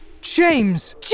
James